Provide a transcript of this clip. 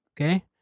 Okay